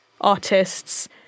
artists